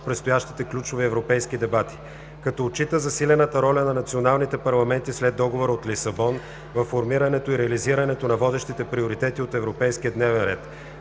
предстоящите ключови европейски дебати; Като отчита засилената роля на националните парламенти след Договора от Лисабон във формирането и реализирането на водещите приоритети от европейския дневен ред;